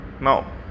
now